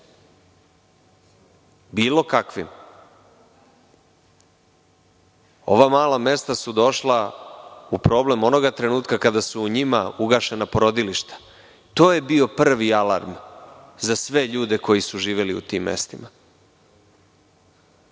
Bilo kakvim. Ova mala mesta su došla u problem onoga trenutka kada su u njima ugašena porodilišta. To je bio prvi alarm za sve ljude koji su živeli u tim mestima.